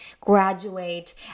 graduate